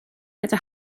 gyda